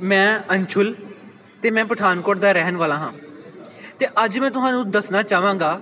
ਮੈਂ ਅੰਸ਼ੁਲ ਅਤੇ ਮੈਂ ਪਠਾਨਕੋਟ ਦਾ ਰਹਿਣ ਵਾਲਾ ਹਾਂ ਅਤੇ ਅੱਜ ਮੈਂ ਤੁਹਾਨੂੰ ਦੱਸਣਾ ਚਾਹਵਾਂਗਾ